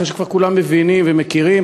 אחרי שכבר כולם מבינים ומכירים?